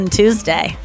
tuesday